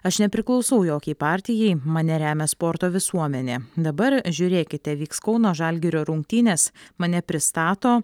aš nepriklausau jokiai partijai mane remia sporto visuomenė dabar žiūrėkite vyks kauno žalgirio rungtynės mane pristato